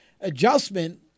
adjustment